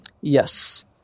Yes